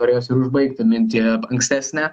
norėjosi ir užbaigti mintį ankstesnę